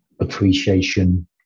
appreciation